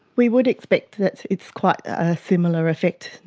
we would expect that it's quite a similar effect.